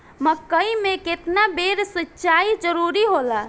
मकई मे केतना बेर सीचाई जरूरी होला?